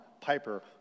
Piper